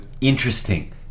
interesting